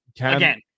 again